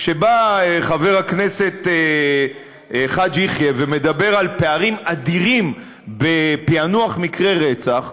כשבא חבר הכנסת חאג' יחיא ומדבר על פערים אדירים בפענוח מקרי רצח,